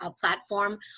Platform